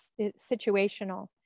situational